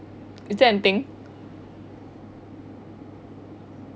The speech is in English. is there anything